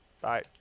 Bye